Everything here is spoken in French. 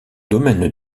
domaine